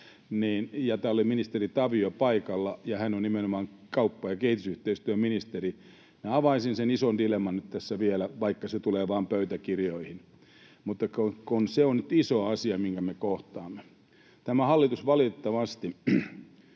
täällä oli ministeri Tavio paikalla, ja hän on nimenomaan kauppa- ja kehitysyhteistyöministeri — niin avaisin sen ison dilemman nyt tässä vielä, vaikka se tulee vain pöytäkirjoihin. Mutta kun tässä on nyt iso asia, minkä me kohtaamme. Tämä hallitus valitettavasti...